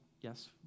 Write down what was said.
yes